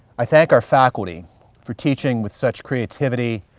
i thank our faculty for teaching with such creativity,